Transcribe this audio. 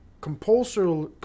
compulsory